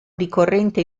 ricorrente